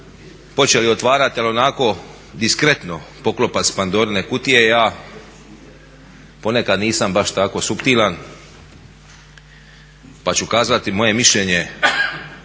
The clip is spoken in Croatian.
počeli otvarati ali onako diskretno poklopac Pandorine kutije. Ja ponekad nisam baš tako suptilan pa ću kazati moje mišljenje